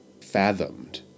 fathomed